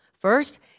First